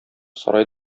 сарай